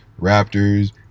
Raptors